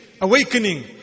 awakening